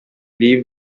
leave